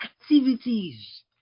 activities